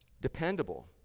dependable